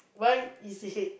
why is it head